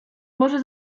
może